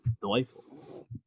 delightful